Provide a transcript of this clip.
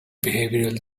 behavioral